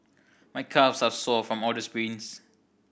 my calves are sore from all the sprints